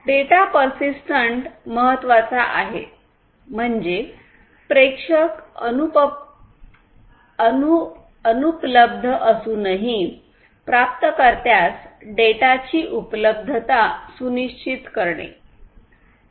data persistent महत्वाचा आहे म्हणजे प्रेषक अनुपलब्ध असूनही प्राप्तकर्त्यास डेटाची उपलब्धता सुनिश्चित करणे